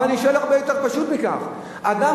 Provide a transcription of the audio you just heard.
אבל אני שואל הרבה יותר פשוט מכך: אדם